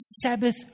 Sabbath